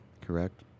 Correct